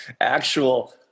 actual